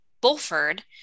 Bulford